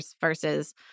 versus